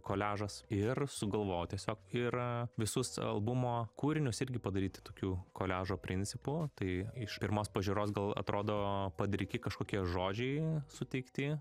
koliažas ir sugalvojau tiesiog ir visus albumo kūrinius irgi padaryti tokiu koliažo principu tai iš pirmos pažiūros gal atrodo padriki kažkokie žodžiai suteikti